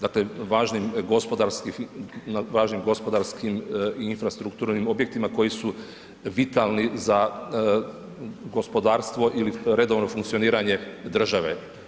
Dakle, važnim gospodarskim i infrastrukturnim objektima koji su vitalni za gospodarstvo ili redovno funkcioniranje države.